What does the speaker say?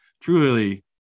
truly